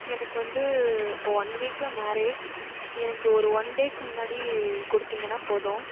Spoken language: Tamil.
எனக்கு வந்து இப்போது ஒன் வீக்கில் மேரேஜ் எனக்கு ஒரு ஒன் டேவுக்கு முன்னாடி குடுத்தீங்கன்னா போதும்